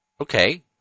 Okay